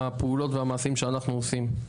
מהפעילויות והמעשים שאנחנו עושים.